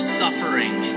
suffering